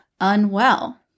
unwell